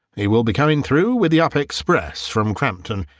he will be coming through with the up express from crampton,